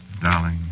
Darling